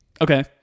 Okay